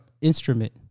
instrument